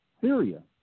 Syria